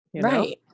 right